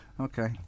okay